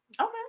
okay